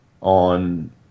on